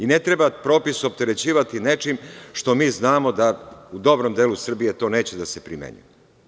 I ne treba propis opterećivati nečim što mi znamo da u dobrom delu Srbije to neće da se primeni.